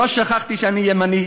לא שכחתי שאני ימני.